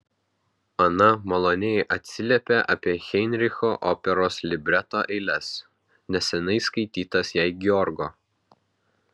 ana maloniai atsiliepė apie heinricho operos libreto eiles neseniai skaitytas jai georgo